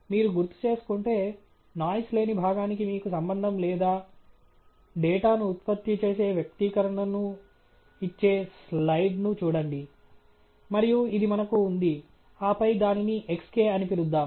మీరు గుర్తుచేసుకుంటే నాయిస్ లేని భాగానికి మీకు సంబంధం లేదా డేటాను ఉత్పత్తి చేసే వ్యక్తీకరణను ఇచ్చే స్లైడ్ను చూడండి మరియు ఇది మనకు ఉంది ఆపై దానిని xk అని పిలుద్దాం